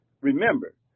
remember